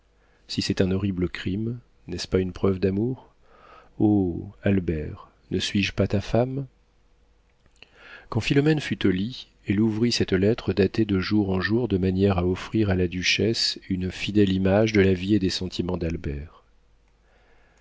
si c'est un horrible crime n'est-ce pas une preuve d'amour o albert ne suis-je pas ta femme quand philomène fut au lit elle ouvrit cette lettre datée de jour en jour de manière à offrir à la duchesse une fidèle image de la vie et des sentiments d'albert